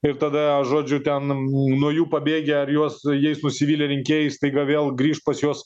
ir tada žodžiu ten nuo jų pabėgę ar juos jais nusivylę rinkėjai staiga vėl grįš pas juos